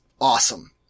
awesome